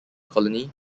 colony